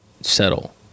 settle